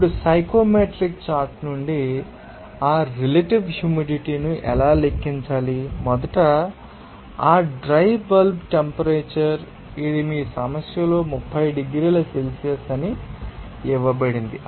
ఇప్పుడు psychometric chart నుండి ఆ రిలేటివ్ హ్యూమిడిటీ ను ఎలా లెక్కించాలి మొదట ఆ డ్రై బల్బ్ టెంపరేచర్ ఇది మీ సమస్యలో 30 డిగ్రీల సెల్సియస్ అని ఇవ్వబడింది